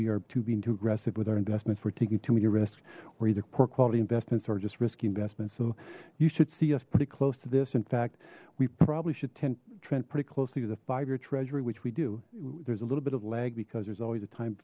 we are to being too aggressive with our investments we're taking to mean your risk or either poor quality investments are just risky investments you should see us pretty close to this in fact we probably should ten trent pretty closely to the five year treasury which we do there's a little bit of lag because there's always a time